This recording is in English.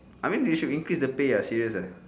I mean they should increase the pay ah serious uh